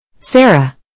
Sarah